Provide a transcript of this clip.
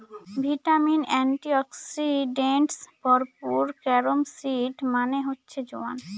vitamin, antioxidants এ ভরপুর carom seed মানে হচ্ছে জোয়ান